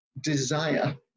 desire